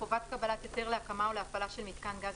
חובת קבלת היתר להקמה או להפעלה של מיתקן גז